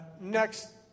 next